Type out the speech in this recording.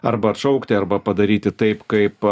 arba atšaukti arba padaryti taip kaip